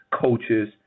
coaches